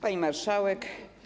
Pani Marszałek!